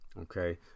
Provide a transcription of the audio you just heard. Okay